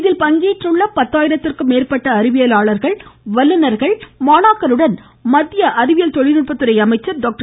இதில் பங்கேற்றுள்ள பத்தாயிரத்திற்கும் மேற்பட்ட அறிவியலாளர்கள் வல்லுனா்கள் மாணாக்கருடன் மத்திய அறிவியல் தொழில்நுட்பத்துறை அமைச்சர் டாக்டர்